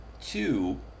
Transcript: Two